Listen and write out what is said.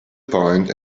point